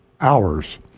hours